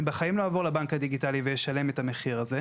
אני בחיים לא אעבור לבנק הדיגיטלי ואשלם את המחיר הזה.